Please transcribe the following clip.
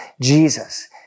Jesus